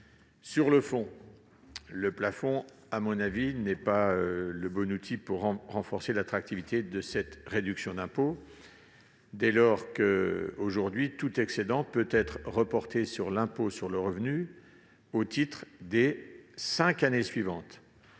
Sur le fond, le plafond ne constitue pas, selon moi, le bon outil pour renforcer l'attractivité de cette réduction d'impôt, dès lors que tout excédent peut être reporté sur l'impôt sur le revenu au titre des cinq années suivantes.